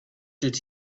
did